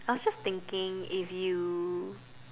I was just thinking if you